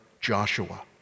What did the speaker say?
Joshua